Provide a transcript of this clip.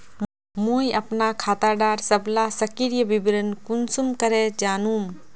मुई अपना खाता डार सबला सक्रिय विवरण कुंसम करे जानुम?